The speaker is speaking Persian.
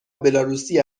بلاروسی